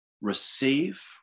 receive